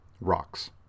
rocks